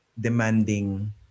demanding